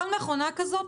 כל מכונה כזאת